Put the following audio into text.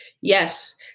Yes